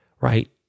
right